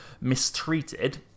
mistreated